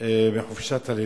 מחופשת הלידה.